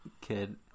kid